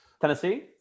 tennessee